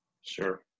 sure